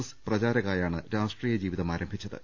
S പ്രചാരകായാണ് രാഷ്ട്രീയ ജീവിതം ആരംഭിച്ചത്